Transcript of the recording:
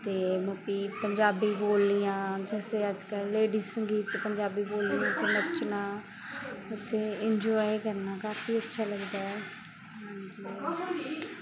ਅਤੇ ਮਾਪੀ ਪੰਜਾਬੀ ਬੋਲੀਆਂ ਜੈਸੇ ਅੱਜ ਕੱਲ੍ਹ ਲੇਡੀ ਸੰਗੀਤ 'ਚ ਪੰਜਾਬੀ ਬੋਲੀਆਂ 'ਚ ਨੱਚਣਾ ਅਤੇ ਇੰਜੋਏ ਕਰਨਾ ਕਾਫੀ ਅੱਛਾ ਲੱਗਦਾ ਹੈ ਹਾਂਜੀ